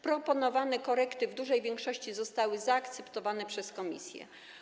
Proponowane korekty w dużej większości zostały zaakceptowane przez komisję.